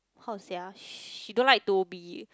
how to say ah she don't like to be